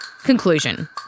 Conclusion